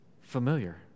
familiar